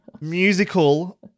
musical